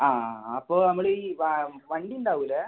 ആ ആ അപ്പോൾ നമ്മൾ ഈ വണ്ടി ഉണ്ടാവില്ലേ